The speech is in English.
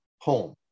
home